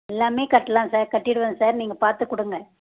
எல்லாமே கட்டலாம் சார் கட்டிவிடுவேன் சார் நீங்கள் பார்த்து கொடுங்க